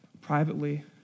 privately